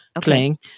playing